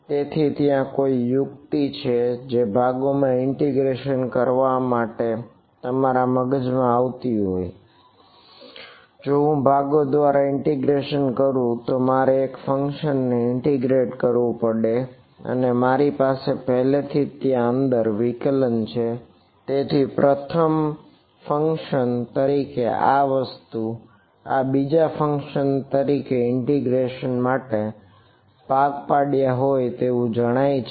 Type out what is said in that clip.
તેથી ત્યાં કોઈ યુક્તિ છે જે ભાગોમાં ઇન્ટિગ્રેશન માટે ભાગ પડયા હોય તેવું જણાય છે